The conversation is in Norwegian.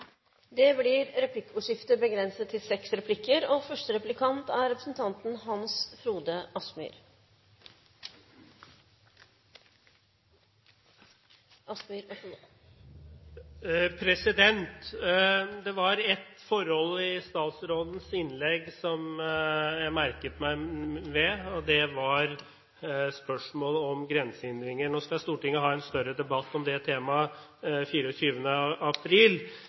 Det blir replikkordskifte. Det var et forhold i statsrådens innlegg som jeg merket meg, og det var spørsmålet om grensehindringer. Nå skal Stortinget ha en større debatt om det temaet 24. april,